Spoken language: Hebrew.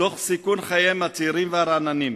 תוך סיכון חייהם הצעירים והרעננים?